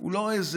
הוא לא העורף,